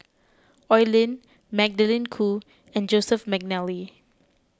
Oi Lin Magdalene Khoo and Joseph McNally